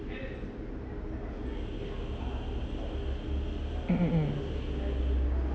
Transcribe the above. mm mm mm